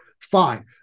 fine